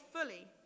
fully